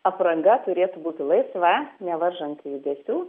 apranga turėtų būti laisva nevaržanti judesių